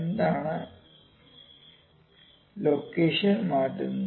എന്താണ് ലൊക്കേഷൻ മാറ്റുന്നത്